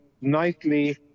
nightly